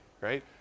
right